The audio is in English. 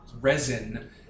resin